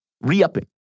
re-upping